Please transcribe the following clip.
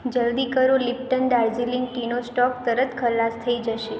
જલદી કરો લિપ્ટન દાર્જીલિંગ ટીનો સ્ટોક તરત ખલાસ થઈ જશે